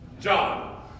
John